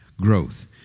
Growth